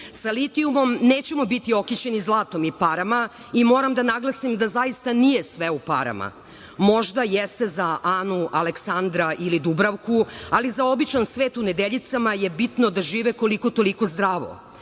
Sa litijumom nećemo biti okićeni zlatom i parama i moram da naglasim da zaista nije sve u parama. Možda jeste za Anu, Aleksandra ili Dubravku, ali za običan svet u Nedeljicama je bitno da žive koliko toliko zdravo,